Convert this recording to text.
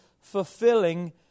fulfilling